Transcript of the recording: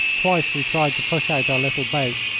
twice we tried to push out our little boat,